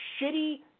shitty